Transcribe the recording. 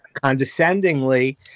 condescendingly